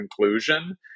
conclusion